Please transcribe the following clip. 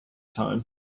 time